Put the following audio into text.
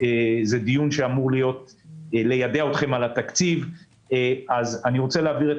זה דיון שבו אנו אמורים ליידע אתכם על התקציב אז אני רוצה להעביר את